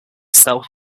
self